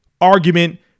argument